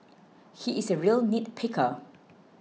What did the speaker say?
he is a real nitpicker